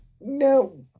no